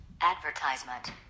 Advertisement